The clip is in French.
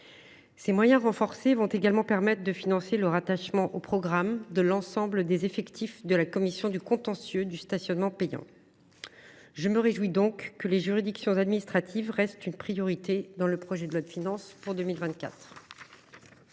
sanitaire. Ils vont également financer le rattachement au programme de l’ensemble des effectifs de la commission du contentieux du stationnement payant. Je me réjouis que les juridictions administratives restent une priorité dans le projet de loi de finances pour 2024.